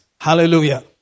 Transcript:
Hallelujah